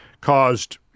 caused